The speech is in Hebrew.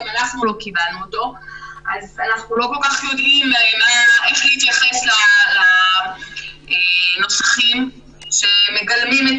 אז אנחנו לא כל כך יודעים איך להתייחס לנוסחים שמגלמים את